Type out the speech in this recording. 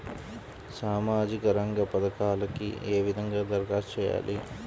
సామాజిక రంగ పథకాలకీ ఏ విధంగా ధరఖాస్తు చేయాలి?